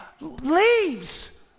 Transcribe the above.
Leaves